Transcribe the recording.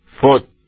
foot